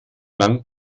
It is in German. lang